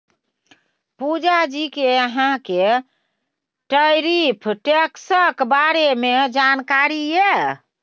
पुजा जी कि अहाँ केँ टैरिफ टैक्सक बारे मे जानकारी यै?